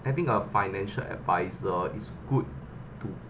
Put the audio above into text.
having a financial adviser is good to